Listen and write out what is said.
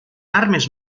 armes